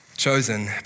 Chosen